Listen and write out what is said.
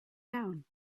down